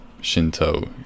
Shinto